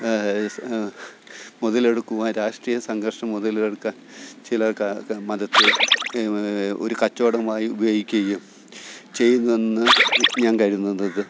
സ് മുതലെടുക്കുവാന് രാഷ്ട്രീയ സംഘര്ഷം മുതലെടുക്കാന് ചിലര് മതത്തെ ഒരു കച്ചവടമായി ഉപയോഗിക്കുകയും ചെയ്യുന്നു എന്ന് ഞാൻ കരുതുന്നത്